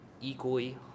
equally